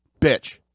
bitch